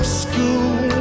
school